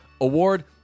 award